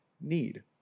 need